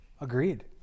agreed